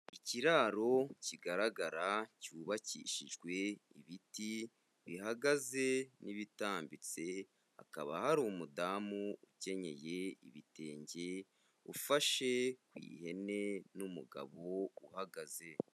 Ikiraro kigaragara cyubakishijwe ibiti bihagaze n'ibitambitse, hakaba hari umudamu ukenyeye ibitenge ufashe ku ihene n'umugabo uhagaze.